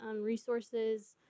resources